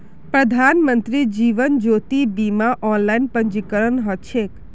प्रधानमंत्री जीवन ज्योति बीमार ऑनलाइन पंजीकरण ह छेक